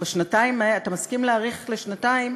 אמרת לי אז שאתה מסכים להאריך בשנתיים,